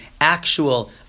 actual